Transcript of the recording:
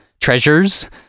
treasures